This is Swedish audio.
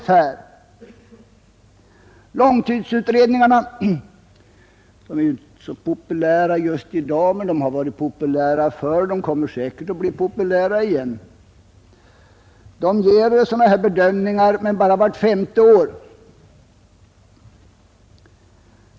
Långtidsutredningarna — de är ju inte så populära just i dag men de har varit populära förr och de kommer säkerligen att bli populära igen — ger sådana här bedömningar men bara vart femte år.